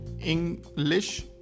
English